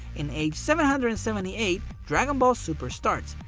in age seven hundred and seventy eight dragon ball super starts.